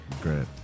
Great